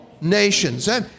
nations